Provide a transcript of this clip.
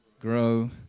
grow